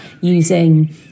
using